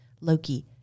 loki